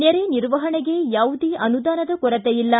ನೆರೆ ನಿರ್ವಹಣೆಗೆ ಯಾವುದೇ ಅನುದಾನದ ಕೊರತೆ ಇಲ್ಲ